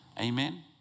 Amen